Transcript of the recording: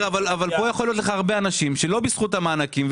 כאן יכולים להיות לך הרבה אנשים שלא בזכות המענקים.